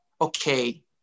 okay